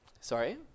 Sorry